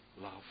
love